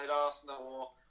Arsenal